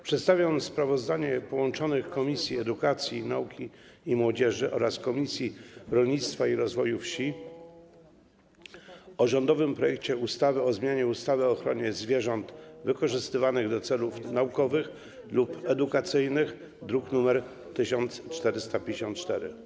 Przedstawiam sprawozdanie połączonych komisji, tj. Komisji Edukacji, Nauki i Młodzieży oraz Komisji Rolnictwa i Rozwoju Wsi, o rządowym projekcie ustawy o zmianie ustawy o ochronie zwierząt wykorzystywanych do celów naukowych lub edukacyjnych, druk nr 1454.